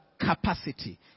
capacity